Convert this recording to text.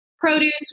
Produce